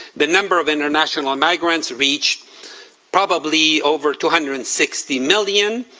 the number of international migrants reach probably over two hundred and sixty million,